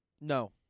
No